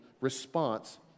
response